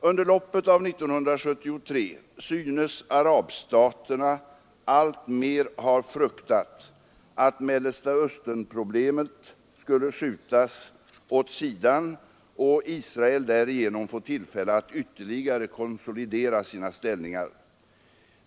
Under loppet av 1973 synes arabstaterna alltmer ha fruktat att Mellersta Östern-problemet skulle skjutas åt sidan och Israel därigenom få tillfälle att ytterligare konsolidera sina ställningar.